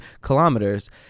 kilometers